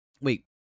Wait